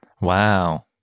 Wow